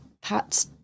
Pat